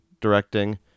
directing